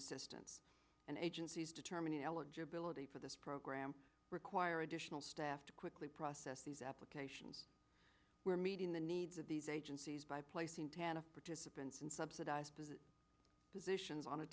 assistant and agencies determine eligibility for this program require additional staff to quickly process these applications were meeting the needs of these agencies by placing panel participants and subsidized as it positions on a